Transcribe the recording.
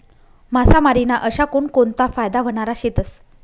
मासामारी ना अशा कोनकोनता फायदा व्हनारा शेतस?